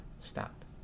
Stop